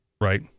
right